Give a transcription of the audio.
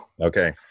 Okay